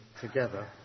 together